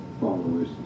followers